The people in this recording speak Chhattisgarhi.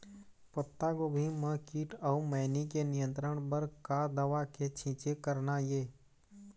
पत्तागोभी म कीट अऊ मैनी के नियंत्रण बर का दवा के छींचे करना ये?